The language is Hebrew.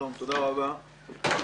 תודה רבה.